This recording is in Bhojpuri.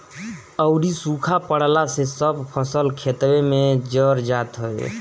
अउरी सुखा पड़ला से सब फसल खेतवे में जर जात हवे